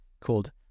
called